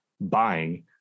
buying